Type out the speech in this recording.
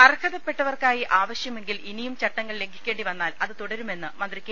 അർഹതപ്പെട്ടവർക്കായി ആവശ്യമെങ്കിൽ ഇനിയും ചട്ടങ്ങൾ ലംഘിക്കേണ്ടി വന്നാൽ അത് തുടരുമെന്ന് മന്ത്രി കെ